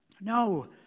No